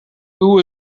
who